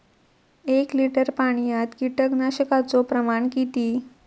एक लिटर पाणयात कीटकनाशकाचो प्रमाण किती?